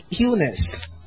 illness